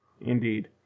indeed